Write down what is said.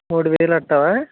మూడు వేలు అంటావా